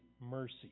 mercy